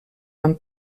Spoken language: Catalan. van